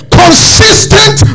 consistent